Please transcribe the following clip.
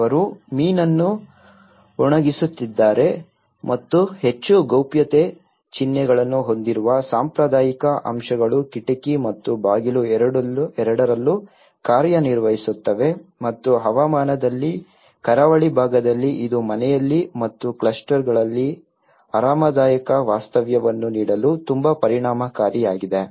ಅವರು ಮೀನನ್ನು ಒಣಗಿಸುತ್ತಿದ್ದಾರೆ ಮತ್ತು ಹೆಚ್ಚು ಗೌಪ್ಯತೆಯ ಚಿಹ್ನೆಗಳನ್ನು ಹೊಂದಿರುವ ಸಾಂಪ್ರದಾಯಿಕ ಅಂಶಗಳು ಕಿಟಕಿ ಮತ್ತು ಬಾಗಿಲು ಎರಡರಲ್ಲೂ ಕಾರ್ಯನಿರ್ವಹಿಸುತ್ತವೆ ಮತ್ತು ಹವಾಮಾನದಲ್ಲಿ ಕರಾವಳಿ ಭಾಗದಲ್ಲಿ ಇದು ಮನೆಯಲ್ಲಿ ಮತ್ತು ಕ್ಲಸ್ಟರ್ಗಳಲ್ಲಿ ಆರಾಮದಾಯಕ ವಾಸ್ತವ್ಯವನ್ನು ನೀಡಲು ತುಂಬಾ ಪರಿಣಾಮಕಾರಿಯಾಗಿದೆ